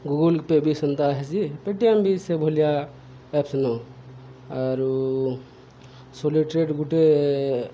Google pay' ବି ସେନ୍ତା ହେସି ପେଟିଏମ୍ ବି ସେ ଭଲିଆ ଏପ୍ସ୍ ନ ଆରୁ ସୋଲିଟ୍ରେଟ୍ ଗୁଟେ